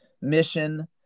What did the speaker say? mission